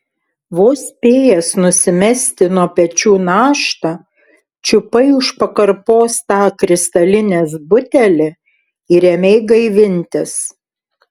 vos spėjęs nusimesti nuo pečių naštą čiupai už pakarpos tą kristalinės butelį ir ėmei gaivintis